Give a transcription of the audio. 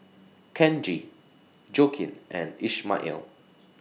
Kenji Joaquin and Ishmael